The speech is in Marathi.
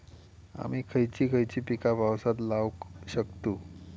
आम्ही खयची खयची पीका पावसात लावक शकतु?